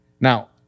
Now